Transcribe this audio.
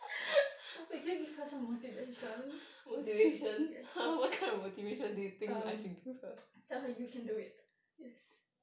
stop it can you give her some motivation yes um tell her you can do it yes